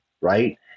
right